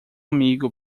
amigo